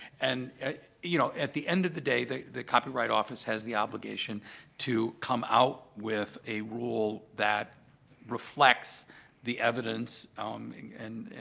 and you know, at the end of the day, the the copyright office has the obligation to come out with a rule that reflects the evidence and,